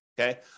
okay